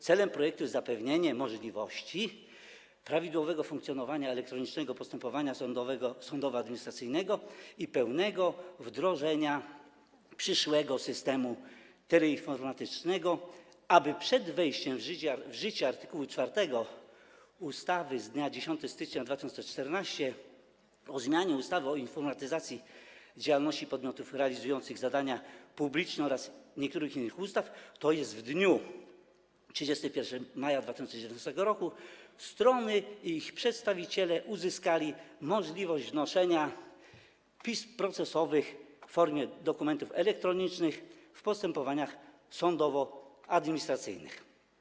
Celem projektu jest zapewnienie możliwości prawidłowego funkcjonowania elektronicznego postępowania sądowo-administracyjnego i pełnego wdrożenia przyszłego systemu teleinformatycznego, aby przed wejściem w życie art. 4 ustawy z dnia 10 stycznia 2014 r. o zmianie ustawy o informatyzacji działalności podmiotów realizujących zadania publiczne oraz niektórych innych ustaw, tj. w dniu 31 maja 2019 r., strony i ich przedstawiciele uzyskali możliwość wnoszenia pism procesowych w formie dokumentów elektronicznych w postępowaniach sądowo-administracyjnych.